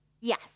Yes